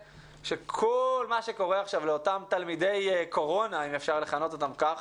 שכל מה שקורה עכשיו לאותם "תלמידי קורונה" לא יפגע